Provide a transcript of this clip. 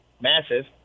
massive